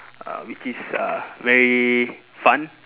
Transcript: uh which is uh very fun